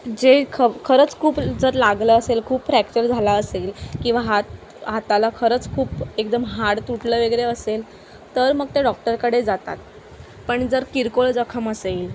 जे ख खरंच खूप जर लागलं असेल खूप फ्रॅक्चर झाला असेल किंवा हात हाताला खरंच खूप एकदम हाड तुटलं वगैरे असेल तर मग त्या डॉक्टरकडे जातात पण जर किरकोळ जखम असेल